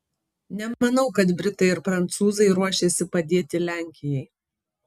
nemanau kad britai ir prancūzai ruošiasi padėti lenkijai